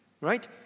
Right